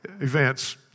events